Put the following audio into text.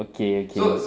okay okay